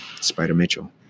Spider-Mitchell